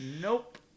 Nope